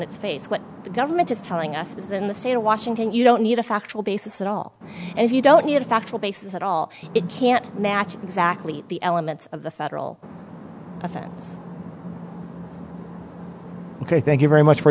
its face what the government is telling us is in the state of washington you don't need a factual basis at all and if you don't need a factual basis at all it can't match exactly the elements of the federal offense ok thank you very much for